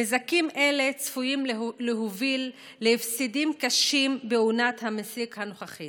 נזקים אלה צפויים להוביל להפסדים קשים בעונת המסיק הנוכחית,